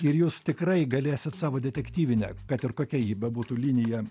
ir jūs tikrai galėsit savo detektyvinę kad ir kokia ji bebūtų liniją